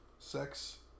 sex